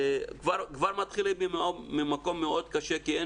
כבר מתחילים ממקום מאוד קשה כי אין